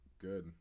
good